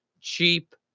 cheap